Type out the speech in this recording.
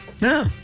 No